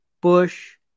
Bush